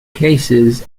cases